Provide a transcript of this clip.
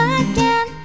again